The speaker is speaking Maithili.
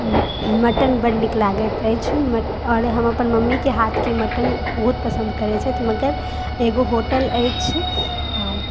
मटन बड्ड नीक लागैत अछि आओर हम अपन मम्मीके हाथके मटन बहुत पसन्द करैत छी मगर एगो होटल अछि आ